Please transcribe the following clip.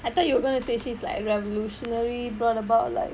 I thought you were gonna say she's like revolutionary brought about like